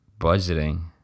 budgeting